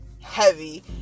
heavy